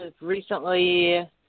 recently